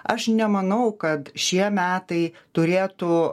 aš nemanau kad šie metai turėtų